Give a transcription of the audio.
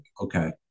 okay